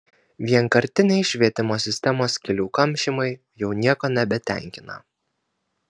vienkartiniai švietimo sistemos skylių kamšymai jau nieko nebetenkina